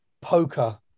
poker